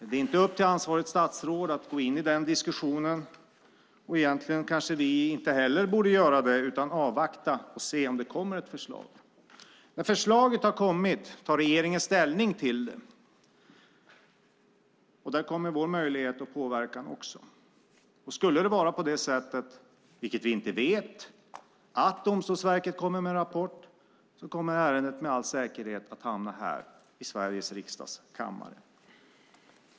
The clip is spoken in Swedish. Det är inte upp till ansvarigt statsråd att gå in i den diskussionen, och egentligen kanske vi inte heller borde göra det utan avvakta och se om det kommer ett förslag. När förslaget har kommit tar regeringen ställning till det, och där kommer också vår möjlighet att påverka. Skulle det vara på det sättet - vilket vi inte vet - att Domstolsverket kommer med en rapport, då kommer ärendet med all säkerhet att hamna här, i Sveriges riksdags kammare.